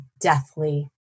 deathly